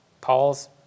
Paul's